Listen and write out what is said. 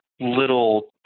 little